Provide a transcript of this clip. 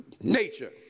nature